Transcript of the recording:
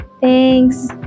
thanks